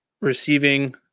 receiving